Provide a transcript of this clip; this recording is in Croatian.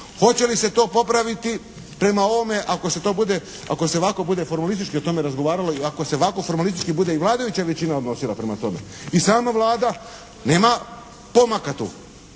Hoće li se to popraviti prema ovome ako se to bude, ako se ovako bude formalistički o tome razgovaralo i ako se ovako formalistički bude i vladajuća većina odnosila prema tome i sama Vlada nema pomaka tu.